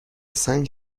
سنگ